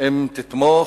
אם תתמוך,